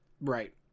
Right